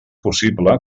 possible